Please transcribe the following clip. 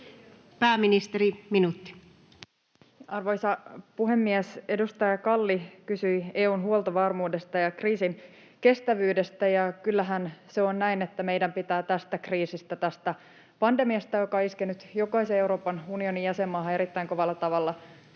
Pääministeri, minuutti. Arvoisa puhemies! Edustaja Kalli kysyi EU:n huoltovarmuudesta ja kriisinkestävyydestä, ja kyllähän se on näin, että meidän pitää tästä kriisistä, tästä pandemiasta, joka on iskenyt jokaiseen Euroopan unionin jäsenmaahan erittäin kovalla tavalla,